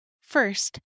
First